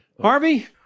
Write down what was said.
Harvey